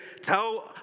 tell